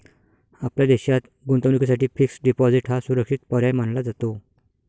आपल्या देशात गुंतवणुकीसाठी फिक्स्ड डिपॉजिट हा सुरक्षित पर्याय मानला जातो